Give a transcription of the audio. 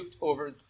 over